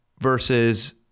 versus